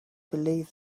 believe